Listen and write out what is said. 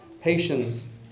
patience